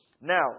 Now